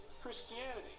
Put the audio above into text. Christianity